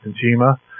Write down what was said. Consumer